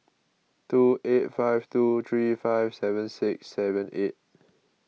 two eight five two three five seven six seven eight